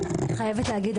אני חייבת להגיד,